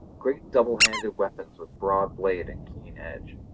great double-handed weapons with broad blade and keen edge.